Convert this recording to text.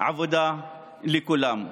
עבודה לכולם.